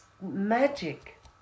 magic